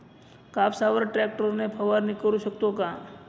कापसावर ट्रॅक्टर ने फवारणी करु शकतो का?